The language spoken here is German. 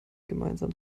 gemeinsam